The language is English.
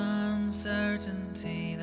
uncertainty